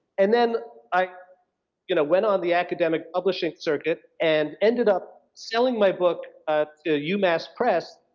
and then i you know went on the academic publishing circuit, and ended up selling my book to u mass press,